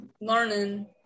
learning